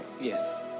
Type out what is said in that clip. Yes